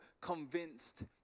convinced